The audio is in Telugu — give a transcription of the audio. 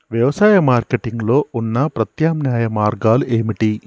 వ్యవసాయ మార్కెటింగ్ లో ఉన్న ప్రత్యామ్నాయ మార్గాలు ఏమిటి?